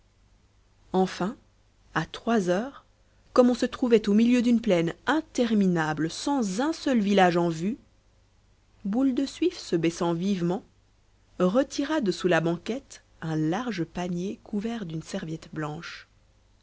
enfin à trois heures comme on se trouvait au milieu d'une plaine interminable sans un seul village en vue boule de suif se baissant vivement retira de sous la banquette un large panier couvert d'une serviette blanche